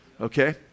okay